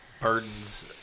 burdens